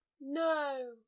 No